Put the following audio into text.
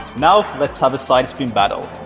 now, let's have a side spin battle.